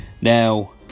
Now